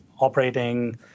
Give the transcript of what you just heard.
operating